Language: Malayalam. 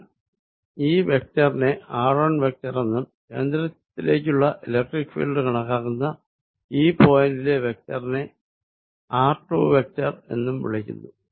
ഞാൻ ഈ വെക്ടറിനെ ഇത് r1 വെക്ടർ എന്നും കേന്ദ്രത്തിലേക്കുള്ള ഇലക്ട്രിക്ക് ഫീൽഡ് കണക്കാക്കുന്ന ഈ പോയിന്റിലെ വെക്ടറിനെ ഇത് r2 വെക്ടർ എന്നും വിളിക്കുന്നു